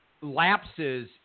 lapses